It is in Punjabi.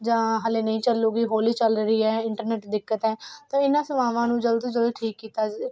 ਜਾਂ ਹਾਲੇ ਨਹੀਂ ਚੱਲੇਗੀ ਹੌਲੀ ਚੱਲ ਰਹੀ ਹੈ ਇੰਟਰਨੈਟ ਦਿੱਕਤ ਹੈ ਤਾਂ ਇਹਨਾਂ ਸੇਵਾਵਾਂ ਨੂੰ ਜਲਦ ਤੋਂ ਜਲਦ ਠੀਕ ਕੀਤਾ ਜ